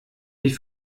wie